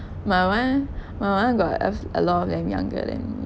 my [one] my [one] got f~ a lot of them younger than me